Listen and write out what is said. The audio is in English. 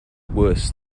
worse